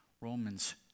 Romans